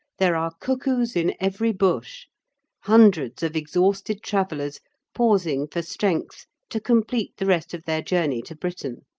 there are cuckoos in every bush hundreds of exhausted travellers pausing for strength to complete the rest of their journey to britain.